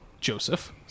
Joseph